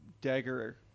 Dagger